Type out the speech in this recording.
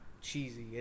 cheesy